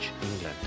England